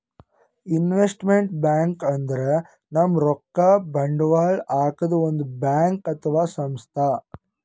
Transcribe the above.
investment bank ಅಂದ್ರ ನಮ್ ರೊಕ್ಕಾ ಬಂಡವಾಳ್ ಹಾಕದ್ ಒಂದ್ ಬ್ಯಾಂಕ್ ಅಥವಾ ಸಂಸ್ಥಾ